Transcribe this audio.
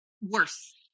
Worse